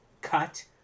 cut